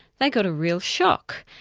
they got a real shock.